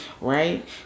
Right